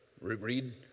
read